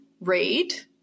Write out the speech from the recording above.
read